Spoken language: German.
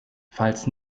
falls